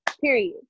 period